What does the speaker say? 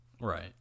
Right